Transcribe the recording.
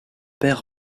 père